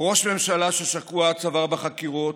"ראש ממשלה ששקוע עד צוואר בחקירות,